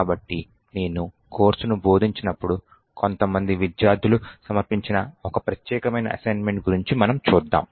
కాబట్టి నేను కోర్సును బోధించినప్పుడు కొంతమంది విద్యార్థులు సమర్పించిన ఒక ప్రత్యేకమైన అసైన్మెంట్ గురించి మనం చూద్దాం